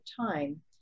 time